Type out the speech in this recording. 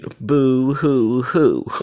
boo-hoo-hoo